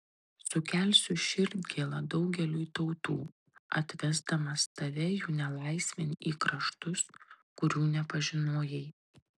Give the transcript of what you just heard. sukelsiu širdgėlą daugeliui tautų atvesdamas tave jų nelaisvėn į kraštus kurių nepažinojai